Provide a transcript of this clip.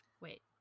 Wait